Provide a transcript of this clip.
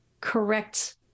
correct